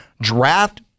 Draft